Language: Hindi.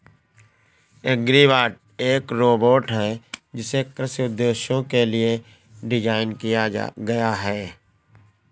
एग्रीबॉट एक रोबोट है जिसे कृषि उद्देश्यों के लिए डिज़ाइन किया गया है